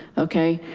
okay,